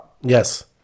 Yes